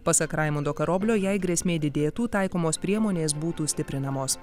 pasak raimundo karoblio jei grėsmė didėtų taikomos priemonės būtų stiprinamos